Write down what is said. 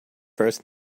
first